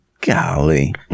golly